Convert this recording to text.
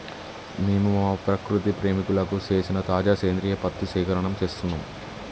మేము మా ప్రకృతి ప్రేమికులకు సేసిన తాజా సేంద్రియ పత్తి సేకరణం సేస్తున్నం